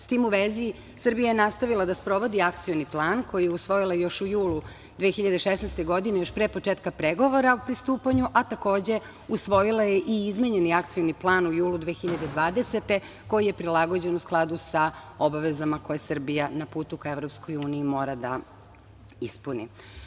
S tim u vezi Srbija je nastavila da sprovodi Akcioni plan koji je usvojila još u julu 2016. godine, još pre početka pregovora o pristupanju, a takođe usvojila je i izmenjeni Akcioni plan u julu 2020. godine koji je prilagođen u skladu sa obavezama koje Srbija na putu na EU mora da ispuni.